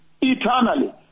Eternally